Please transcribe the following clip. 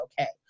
okay